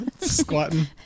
Squatting